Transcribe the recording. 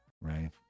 right